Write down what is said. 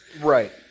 Right